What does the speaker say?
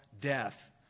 death